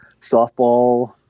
softball